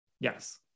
Yes